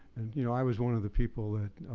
you know i was one of the people that,